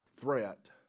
Threat